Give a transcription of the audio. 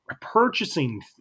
purchasing